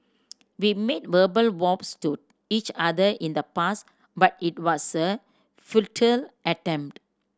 we made verbal vows to each other in the past but it was a futile attempt